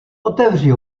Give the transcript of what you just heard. otevři